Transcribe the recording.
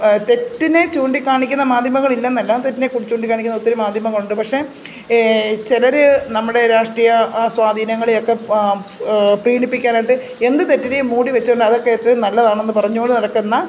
തെറ്റിനെ ചൂണ്ടി കാണിക്കുന്ന മാധ്യമങ്ങളില്ല എന്നല്ല തെറ്റിനെ ചൂണ്ടി കാണിക്കുന്ന ഒത്തിരി മാധ്യമങ്ങളുണ്ട് പക്ഷെ ചിലർ നമ്മുടെ രാഷ്ട്രീയ ആ സ്വാധീനങ്ങളെയൊക്കെ പ്രീതിപ്പിക്കാനായിട്ട് എന്ത് തെറ്റിനെയും മൂടി വച്ചോണ്ട് അതൊക്കെ ഏറ്റവും നല്ലതാണെന്ന് പറഞ്ഞു കൊണ്ട് നടക്കുന്ന